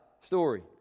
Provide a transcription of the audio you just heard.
story